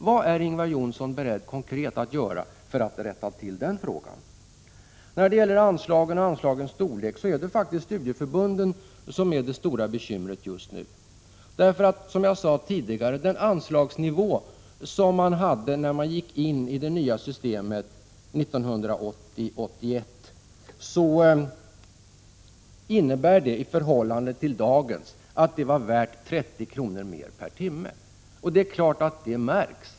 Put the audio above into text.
Vad är Ingvar Johnsson beredd att göra konkret för att rätta till det förhållandet? När det gäller anslagen och anslagens storlek är det faktiskt studieförbunden som är det stora bekymret just nu. När studieförbunden gick in i det nya systemet 1980/81 låg nämligen anslagen på en nivå som i förhållande till dagens anslagsnivå betyder att de fick 30 kr. mer per timme. Det är klart att detta märks.